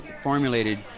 formulated